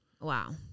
Wow